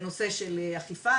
בנושא של אכיפה.